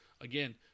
Again